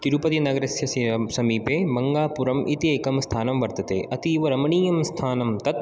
तिरुपतिनगरस्य स समीपे मङ्गापुरम् इति एकम् स्थानं वर्तते अतीवरमणीयं स्थानं तत्